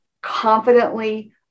confidently